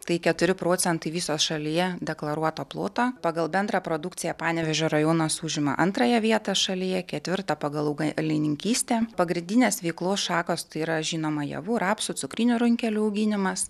tai keturi procentai viso šalyje deklaruoto ploto pagal bendrą produkciją panevėžio rajonas užima antrąją vietą šalyje ketvirtą pagal augalininkystę pagrindinės veiklos šakos tai yra žinoma javų rapsų cukrinių runkelių auginimas